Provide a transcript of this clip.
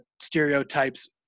stereotypes